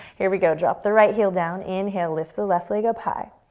here we go. drop the right heel down, inhale, lift the left leg up high.